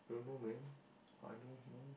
I don't know man I don't know